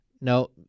No